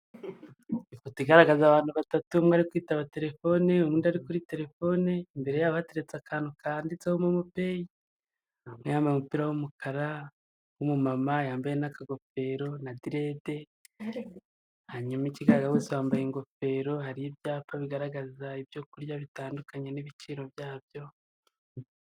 Ifoto igaragaza abantu batatu. Umwe ari kwitaba telefoni, undi ari kuri telefoni, imbere yabo hateretse akantu kanditseho momo peyi. Hari umwe wambaye umupira w'umukara, w'umumama, yambaye n'akagofero, na direde. Hanyuma ikigaragara bose bambaye ingofero. Hari ibyapa bigaragaza ibyo kurya bitandukanye n'ibiciro byabyo.